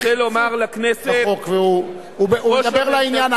אני רוצה לומר לכנסת, הוא מדבר לעניין.